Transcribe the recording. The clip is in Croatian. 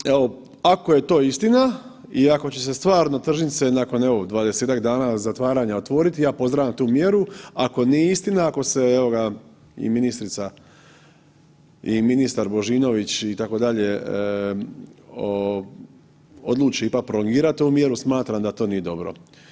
Dakle, evo ako je to istina i ako će se stvarno tržnice nakon evo 20-tak dana zatvaranja, otvoriti, ja pozdravljam tu mjeru, a ako nije istina, ako se evo ga i ministrica i ministar Božinović itd., odluči ipak prolongirat ovu mjeru smatram da to nije dobro.